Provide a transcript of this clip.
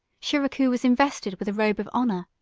shiracouh was invested with a robe of honor,